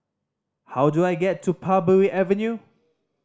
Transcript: how do I get to Parbury Avenue